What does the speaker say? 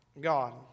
God